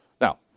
Now